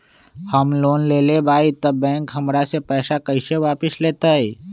हम लोन लेलेबाई तब बैंक हमरा से पैसा कइसे वापिस लेतई?